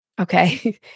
Okay